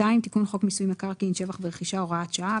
2. תיקון חוק מיסוי מקרקעין שבח ורכישה הוראת שעה.